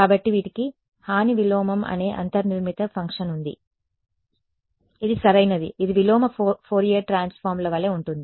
కాబట్టి వీటికి హాని విలోమం అనే అంతర్నిర్మిత ఫంక్షన్ ఉంది ఇది సరైనది ఇది విలోమ ఫోరియర్ ట్రాన్స్ఫార్మ్ల వలె ఉంటుంది